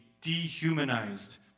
dehumanized